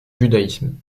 judaïsme